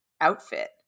outfit